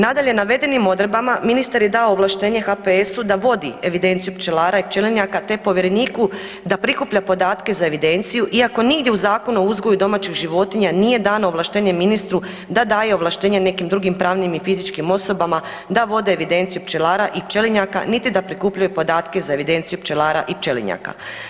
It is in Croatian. Nadalje, navedenim odredbama, ministar je dao ovlaštenje HPS-u da vodi evidenciju pčelara i pčelinjaka te povjereniku da prikuplja podatke za evidenciju iako nigdje u Zakonu o uzgoju domaćih životinja nije dano ovlaštenje ministru da daje ovlaštenje nekim drugim pravnim i fizičkim osobama da vode evidenciju pčelara i pčelinjaka niti da prikupljaju podatke za evidenciju pčelara i pčelinjaka.